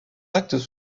actes